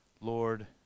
Lord